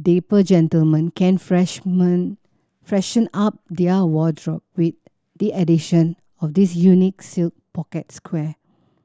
Dapper gentlemen can freshman freshen up their wardrobe with the addition of this unique silk pocket square